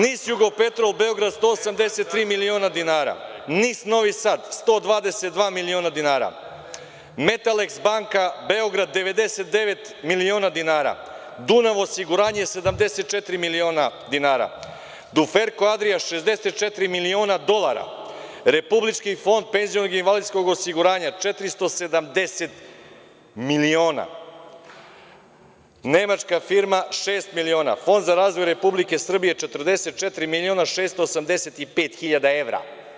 NIS Jugopetrol Beograd 183 miliona dinara, NIS Novi Sad 122 miliona dinara, „Metaleks banka“ Beograd 99 miliona dinara, „Dunav osiguranje“ 74 miliona dinara, „Duferko Adrija“ 64 miliona dolara, Republički fond penzionog i invalidskog osiguranja 470 miliona, nemačka firma šest miliona, Fond za razvoj Republike Srbije 44 miliona 685 hiljada evra.